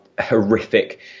horrific